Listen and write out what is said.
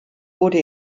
wurde